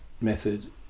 method